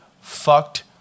fucked